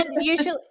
usually